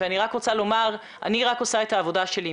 אני רוצה לומר אני רק עושה את העבודה שלי.